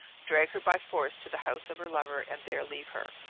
drag her by force to the house of her lover, and there leave her.